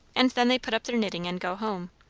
and then they put up their knitting and go home.